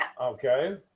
Okay